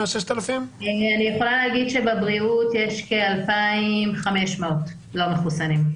אני יכולה להגיד שבבריאות יש כ-2,500 לא מחוסנים.